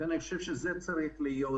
אני חושב שזה צריך להיות